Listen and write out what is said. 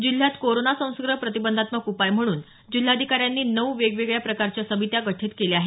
जिल्ह्यात करोना संसर्ग प्रतिबंधात्मक उपाय म्हणून जिल्हाधिकाऱ्यांनी नऊ वेगवेगळ्या प्रकारच्या समित्या गठीत केल्या आहेत